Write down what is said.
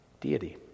deity